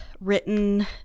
written